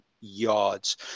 yards